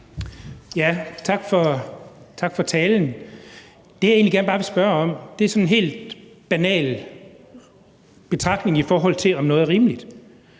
Tak for talen. Det, jeg egentlig bare gerne vil spørge til, er sådan en helt banal betragtning, i forhold til om noget er rimeligt.